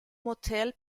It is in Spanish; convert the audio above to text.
motel